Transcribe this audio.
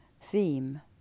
theme